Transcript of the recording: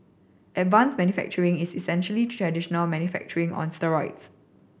advanced manufacturing is essentially traditional manufacturing on steroids